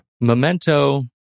Memento